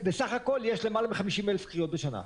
ובסך הכל יש למעלה מ-50,000 קריאות בשנה.